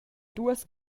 duas